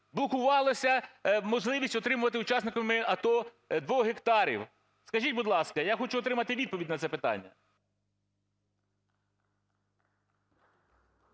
блокувалася можливість отримувати учасниками АТО 2 гектарів? Скажіть, будь ласка, я хочу отримати відповідь на це питання.